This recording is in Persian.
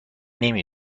نمی